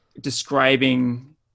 describing